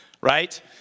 right